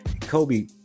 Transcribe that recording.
Kobe